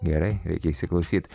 gerai reikia įsiklausyt